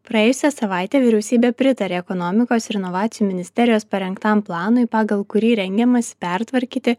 praėjusią savaitę vyriausybė pritarė ekonomikos ir inovacijų ministerijos parengtam planui pagal kurį rengiamasi pertvarkyti